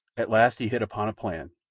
at last he hit upon a plan,